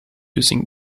using